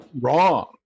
wrong